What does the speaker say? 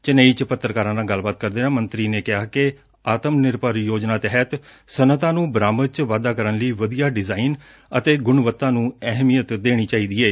ਚੇਨਈ ਚ ਪੱਤਰਕਾਰਾਂ ਨਾਲ ਗੱਲਬਾਤ ਕਰਦਿਆਂ ਮੰਤਰੀ ਨੇ ਕਿਹਾ ਕਿ ਆਤਮ ਨਿਰਭਰ ਯੋਜਨਾ ਤਹਿਤ ਸਨਅਤਾਂ ਨੂੰ ਬਰਾਮਦ ਚ ਵਾਧਾ ਕਰਨ ਲਈ ਵਧੀਆ ਡਿਜ਼ਾਈਨ ਅਤੇ ਗੁਣਵੱਤਾ ਨੂੰ ਅਹਿਮੀਅਤ ਦੇਣੀ ਚਾਹੀਦੀ ਏ